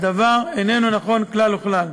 הדבר איננו נכון כלל וכלל.